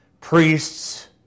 priests